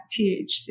THC